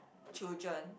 children